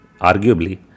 arguably